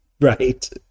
right